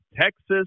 Texas